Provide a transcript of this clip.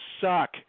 suck